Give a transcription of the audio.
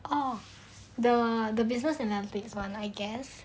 orh the the business analytics [one] I guess